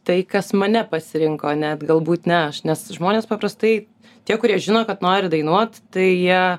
tai kas mane pasirinko net galbūt ne aš nes žmonės paprastai tie kurie žino kad nori dainuot tai jie